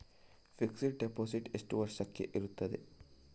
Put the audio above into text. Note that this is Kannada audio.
ಫಿಕ್ಸೆಡ್ ಡೆಪೋಸಿಟ್ ಎಷ್ಟು ವರ್ಷಕ್ಕೆ ಇರುತ್ತದೆ?